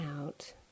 out